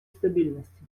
стабильности